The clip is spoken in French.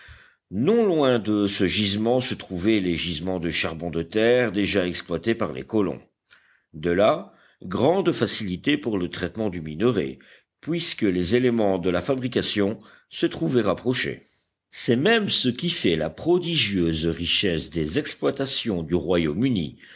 non loin de ce gisement se trouvaient les gisements de charbon de terre déjà exploités par les colons de là grande facilité pour le traitement du minerai puisque les éléments de la fabrication se trouvaient rapprochés c'est même ce qui fait la prodigieuse richesse des exploitations du royaume-uni